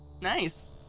Nice